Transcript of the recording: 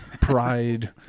pride